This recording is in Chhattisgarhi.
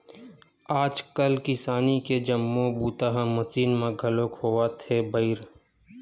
आजकाल किसानी के जम्मो बूता ह मसीन म घलोक होवत हे बइर